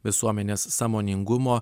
visuomenės sąmoningumo